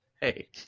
hey